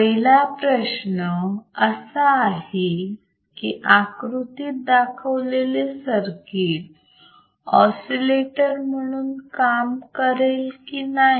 पहिले उदाहरण असे आहे की आकृतीत दाखवलेले सर्किट ऑसिलेटर म्हणून काम करेल की नाही